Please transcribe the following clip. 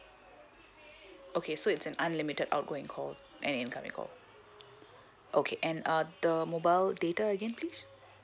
okay so it's an unlimited outgoing call and incoming call okay and uh the mobile data again please